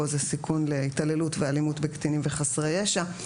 פה זה סיכון להתעללות ואלימות בקטינים וחסרי ישע.